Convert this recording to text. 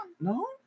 No